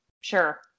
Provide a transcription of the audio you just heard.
Sure